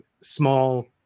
small